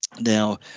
Now